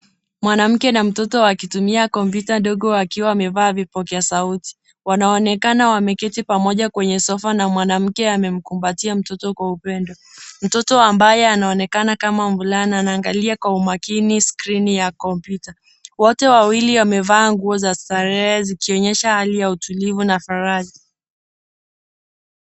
Mwanamke na mtoto wakitumia kompyuta ndogo wakiwa wamevaa vipokea sauti. Wanaonekana wameketi pamoja kwenye sofa na mwanamke amemkumbatia mtoto kwa upendo. Mtoto ambaye anaonekana kama mvulana anaangalia kwa umakini skrini ya kompyuta. Wote wawili wamevaa nguo za starehe zikionyesha hali ya utulivu na faraja.